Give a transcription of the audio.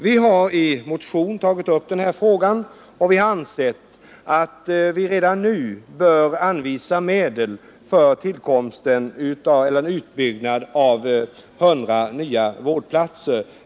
Vi har i motion tagit upp denna fråga och ansett att riksdagen redan nu bör anvisa medel för en utbyggnad av 100 nya vårdplatser.